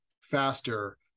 faster